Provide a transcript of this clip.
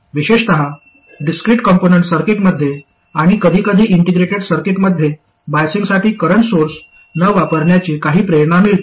विशेषत discrete component सर्किटमध्ये आणि कधीकधी इंटिग्रेटेड सर्किट्समध्ये बायसिंगसाठी करंट स्त्रोत न वापरण्याची काही प्रेरणा मिळते